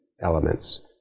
elements